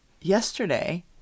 Yesterday